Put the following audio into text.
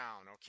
okay